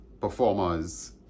performers